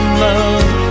love